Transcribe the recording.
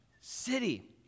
city